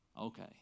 Okay